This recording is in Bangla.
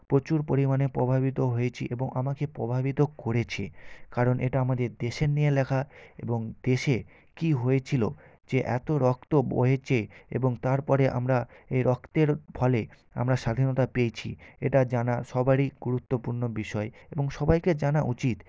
প্রচুর পরিমাণে প্রভাবিত হয়েছি এবং আমাকে প্রভাবিত করেছে কারণ এটা আমাদের দেশের নিয়ে লেখা এবং দেশে কী হয়েছিলো যে এত রক্ত বয়েছে এবং তারপরে আমরা এ রক্তের ফলে আমরা স্বাধীনতা পেয়েছি এটা জানা সবারই গুরুত্বপূর্ণ বিষয় এবং সবাইকার জানা উচিত